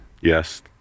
Yes